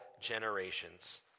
generations